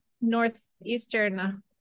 Northeastern